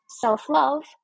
self-love